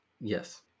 Yes